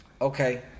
Okay